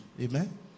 Amen